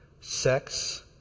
sex